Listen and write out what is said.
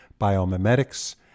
biomimetics